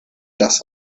das